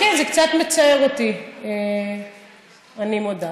כן, זה קצת מצער אותי, אני מודה.